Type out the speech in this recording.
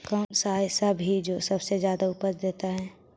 कौन सा ऐसा भी जो सबसे ज्यादा उपज देता है?